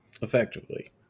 effectively